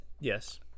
Yes